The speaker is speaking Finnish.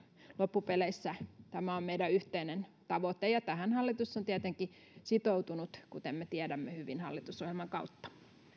loppupeleissä tämä on meidän yhteinen tavoitteemme ja tähän hallitus on tietenkin sitoutunut kuten me tiedämme hyvin hallitusohjelman kautta